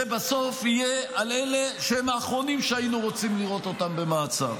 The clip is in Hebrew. זה בסוף יהיה על אלה שהם האחרונים שהיינו רוצים לראות אותם במעצר.